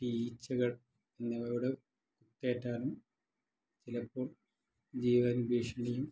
ഈച്ചകൾ എന്നിവയുടെ കുത്തേറ്റാലും ചിലപ്പോൾ ജീവന് ഭീഷണിയും